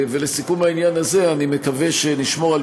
לסיכום העניין הזה אני מקווה שנשמור על